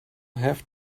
have